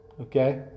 okay